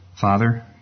Father